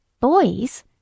Boys